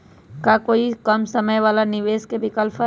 का कोई कम समय वाला निवेस के विकल्प हई?